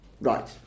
Right